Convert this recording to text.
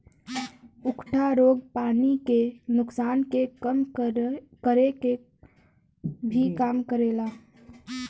उकठा रोग पानी के नुकसान के कम करे क भी काम करेला